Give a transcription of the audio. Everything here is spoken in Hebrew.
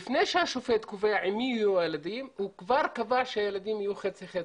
לפני שהשפוט קובע עם מי יהיו הילדים הוא כבר קבע שהילדים יהיו חצי חצי.